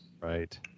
Right